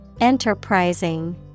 Enterprising